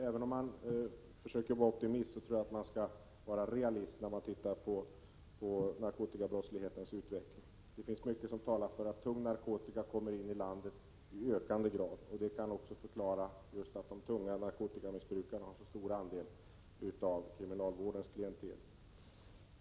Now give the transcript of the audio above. Även om man försöker vara optimist skall man vara realist när man tittar på narkotikabrottslighetens utveckling. Det finns mycket som talar för att tung narkotika i ökande grad kommer in i landet. Detta kan också förklara att en så stor andel av kriminalvårdens klientel är tunga narkotikamissbrukare.